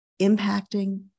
impacting